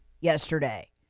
yesterday